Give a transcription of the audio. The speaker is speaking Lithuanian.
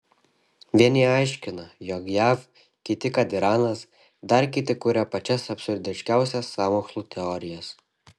vieni aiškina jog jav kiti kad iranas dar kiti kuria pačias absurdiškiausias sąmokslų teorijas